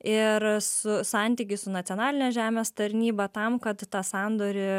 ir su santykiai su nacionaline žemės tarnyba tam kad tą sandorį